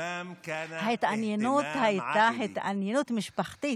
ההתעניינות הייתה התעניינות משפחתית.